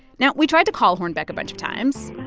now, we tried to call hornbeck a bunch of times,